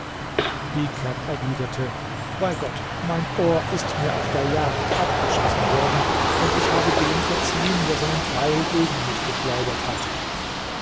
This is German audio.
erwiderte bei gott mein ohr ist mir auf der jagd abgeschossen worden und ich habe dem verziehen der seinen pfeil gegen mich geschleudert hat